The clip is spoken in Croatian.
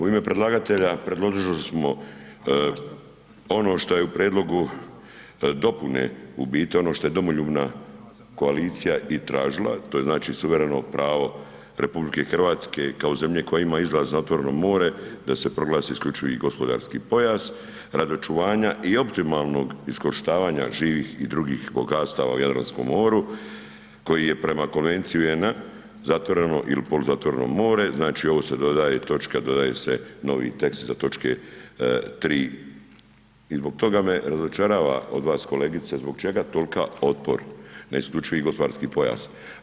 U ime predlagatelja predložili smo ono što je u prijedlogu dopune u biti, ono što je domoljubna koalicija i tražila, to je znači suvereno pravo RH kao zemlje koja ima izlaz na otvoreno more da se proglasi isključivi gospodarski pojas radi očuvanja i optimalnog iskorištavanja živih i drugih bogatstava u Jadranskom moru koji je prema Konvenciji UN-a zatvoreno ili poluzatvoreno more, znači ovo se dodaje točka, dodaje se novi tekst iza točke 3. I zbog toga me razočarava od vas kolegice zbog čega toliki otpor na isključivi gospodarski pojas.